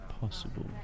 possible